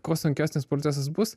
kuo sunkesnis procesas bus